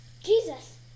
Jesus